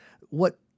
what-